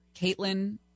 Caitlin